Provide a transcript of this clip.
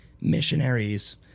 missionaries